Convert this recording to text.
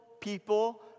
people